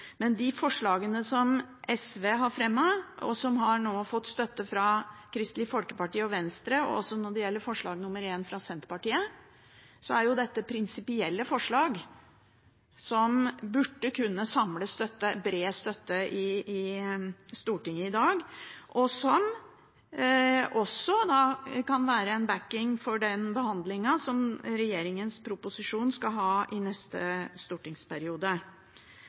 Men de forslagene som SV har fremmet, og som nå har fått støtte fra Kristelig Folkeparti og Venstre, og forslag nr. 1, fra Senterpartiet, er prinsipielle forslag som burde kunne samle bred støtte i Stortinget i dag, og som kan være en bakking for den behandlingen man skal ha av regjeringens proposisjon i neste stortingsperiode.